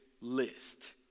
list